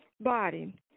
body